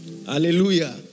Hallelujah